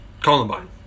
Columbine